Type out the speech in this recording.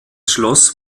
schloss